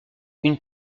une